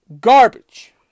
Garbage